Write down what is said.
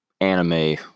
anime